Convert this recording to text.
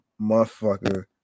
Motherfucker